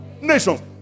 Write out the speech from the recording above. Nations